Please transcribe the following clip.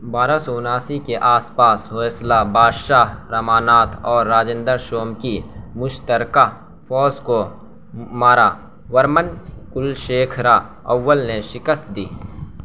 بارہ سو اناسی کے آس پاس ہوئسلہ بادشاہ رماناتھ اور راجنیدر سوم کی مشترکہ فوج کو مارا ورمن کلشیکھرا اول نے شکست دی